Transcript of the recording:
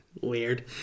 weird